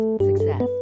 Success